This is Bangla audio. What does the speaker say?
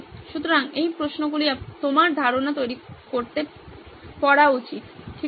সুতরাং এই প্রশ্নগুলি আপনার ধারণা তৈরি করতে পড়া উচিত ঠিক আছে